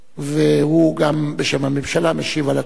והוא גם בשם הממשלה משיב על הצעת האי-אמון.